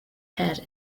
head